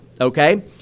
Okay